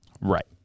Right